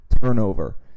turnover